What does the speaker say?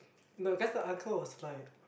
no then the uncle was like